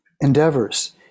endeavors